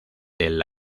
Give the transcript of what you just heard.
del